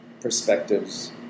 perspectives